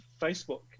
Facebook